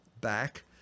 back